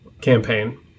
campaign